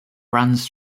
runs